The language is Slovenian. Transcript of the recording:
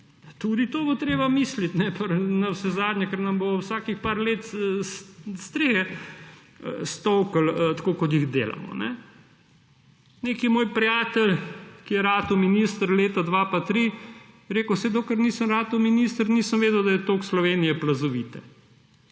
Tudi to bo treba misliti navsezadnje, ker nam bo vsakih nekaj let strehe stolklo, takšne, kot jih delamo. Neki moj prijatelj, ki je postal minister leta 2002 pa 2003, je rekel, saj dokler nisem postal minister, nisem vedel, da je toliko Slovenije plazovite.